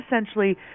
essentially